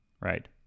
right